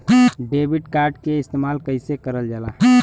Debit card के इस्तेमाल कइसे करल जाला?